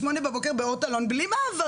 בשמונה בבוקר בלי מעברים.